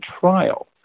trial